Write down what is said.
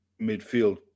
midfield